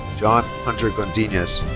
john hunter godinez.